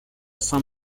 saint